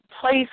place